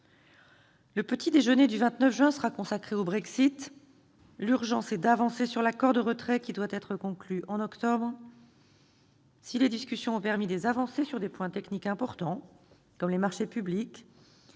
Le petit-déjeuner du 29 juin sera consacré au Brexit. L'urgence est d'avancer sur l'accord de retrait qui doit être conclu en octobre. Si les discussions ont permis des avancées sur des points techniques importants, comme les marchés publics,